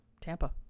Tampa